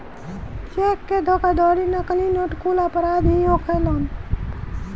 check के धोखाधड़ी, नकली नोट कुल अपराध ही होखेलेन